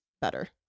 better